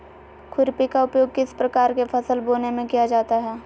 खुरपी का उपयोग किस प्रकार के फसल बोने में किया जाता है?